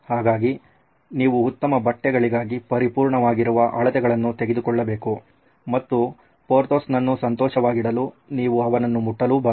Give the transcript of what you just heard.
ಹಾಗಾಗಿ ನೀವು ಉತ್ತಮ ಬಟ್ಟೆಗಳಿಗಾಗಿ ಪರಿಪೂರ್ಣವಾಗಿರುವ ಅಳತೆಗಳನ್ನು ತೆಗೆದುಕೊಳ್ಳಬೇಕು ಮತ್ತು ಪೊರ್ಥೋಸ್ನ್ನು ಸಂತೋಷವಾಗಿಡಲು ನೀವು ಅವನನ್ನು ಮುಟ್ಟಲುಬಾರದು